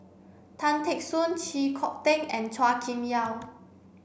Tan Teck Soon Chee Kong Tet and Chua Kim Yeow